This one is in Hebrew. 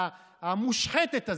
המושחתת הזו,